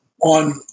On